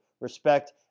respect